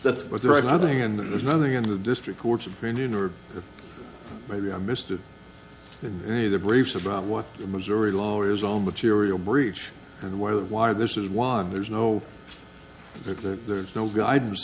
and then there's nothing in the district court's opinion or maybe i missed it in any of the briefs about what the missouri law is all material breach and why why this is one there's no the no guidance